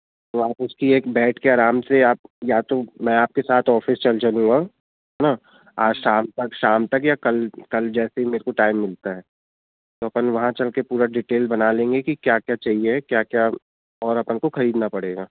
तो आप उसकी एक बैठ के आराम से आप या तो मैं आपके साथ ऑफ़िस चल चलूँगा है न आज शाम तक शाम तक या कल कल जैसे ही मेरेको टाइम मिलता है तो अपन वहाँ चल के पूरा डिटेल बना लेंगे कि क्या क्या चाहिए क्या क्या और अपने को खरीदना पड़ेगा